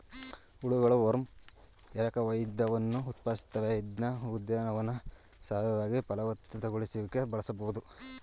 ಹುಳಗಳು ವರ್ಮ್ ಎರಕಹೊಯ್ದವನ್ನು ಉತ್ಪಾದಿಸುತ್ವೆ ಇದ್ನ ಉದ್ಯಾನವನ್ನ ಸಾವಯವವಾಗಿ ಫಲವತ್ತತೆಗೊಳಿಸಿಕೆ ಬಳಸ್ಬೋದು